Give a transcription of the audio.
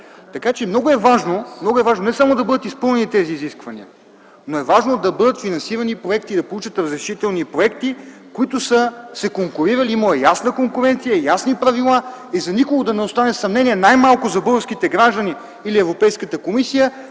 вятър. Много е важно не само да бъдат изпълнени тези изисквания, важно е да бъдат финансирани проекти и да получат разрешителни проекти, които са се конкурирали – имало е ясна конкуренция, ясни правила. За никого да не остане съмнение, най-малко за българските граждани или Европейската комисия,